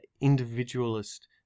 individualist